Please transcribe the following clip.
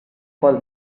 call